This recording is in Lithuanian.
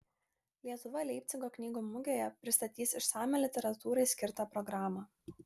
lietuva leipcigo knygų mugėje pristatys išsamią literatūrai skirtą programą